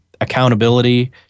accountability